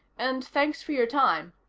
and thanks for your time,